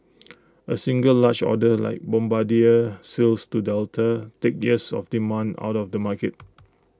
A single large order like Bombardier sales to Delta takes years of demand out of the market